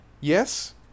Yes